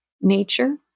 nature